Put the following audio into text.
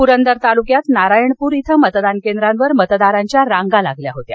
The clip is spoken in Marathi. परंदर तालक्यात नारायणपर इथं मतदान केंद्रांवर मतदारांच्या रांगा लागल्या होत्या